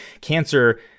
Cancer